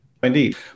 Indeed